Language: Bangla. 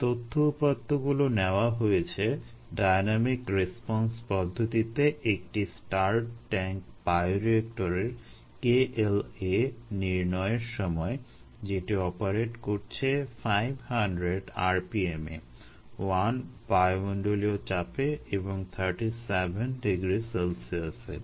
এই তথ্য উপাত্তগুলো নেওয়া হয়েছে ডাইন্যামিক রেসপন্স পদ্ধতিতে একটি স্টার্ড ট্যাংক বায়োরিয়েক্টরের KLa নির্ণয়ের সময় যেটি অপারেট করছে 500 rpm এ 1 বায়ুমন্ডলীয় চাপে এবং 37 degree C এ